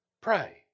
Pray